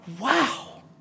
wow